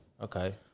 Okay